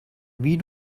wie